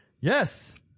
Yes